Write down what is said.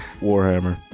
Warhammer